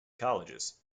colleges